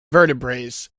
vertebrates